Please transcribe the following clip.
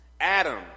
Adam